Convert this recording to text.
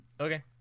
Okay